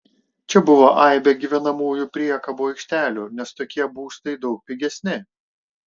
čia buvo aibė gyvenamųjų priekabų aikštelių nes tokie būstai daug pigesni